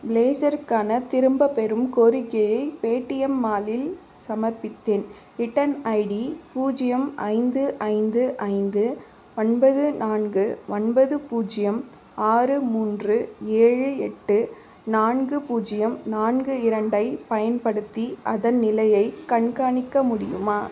ப்ளேசருக்கான திரும்பப்பெறும் கோரிக்கையை பேடிஎம் மாலில் சமர்ப்பித்தேன் ரிட்டன் ஐடி பூஜ்யம் ஐந்து ஐந்து ஐந்து ஒன்பது நான்கு ஒன்பது பூஜ்யம் ஆறு மூன்று ஏழு எட்டு நான்கு பூஜ்யம் நான்கு இரண்டைப் பயன்படுத்தி அதன் நிலையைக் கண்காணிக்க முடியுமா